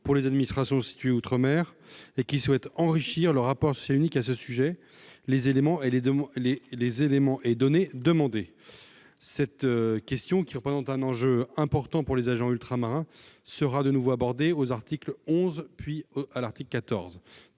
pour les administrations situées outre-mer qui souhaitent enrichir leur rapport social unique à ce sujet, les éléments et les données demandés. Cette question, qui représente un enjeu important pour les agents ultramarins, sera de nouveau abordée lors de l'examen des articles 11